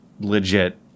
legit